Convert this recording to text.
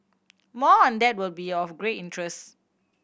more on that would be of great interest